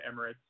Emirates